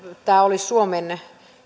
olisi suomen